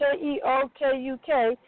K-E-O-K-U-K